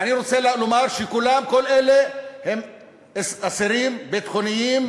ואני רוצה לומר שכולם, כל אלה הם אסירים ביטחוניים